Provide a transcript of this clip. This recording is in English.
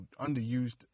underused